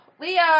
Leah